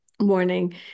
morning